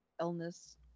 illness